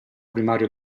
primario